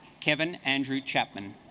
kevin andrew chapman